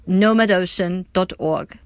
nomadocean.org